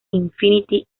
infinity